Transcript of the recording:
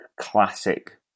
classic